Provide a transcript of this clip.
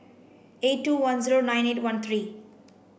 eight two one zero nine eight one three